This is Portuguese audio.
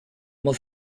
uma